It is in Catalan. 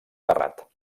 terrat